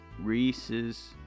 Reese's